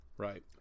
Right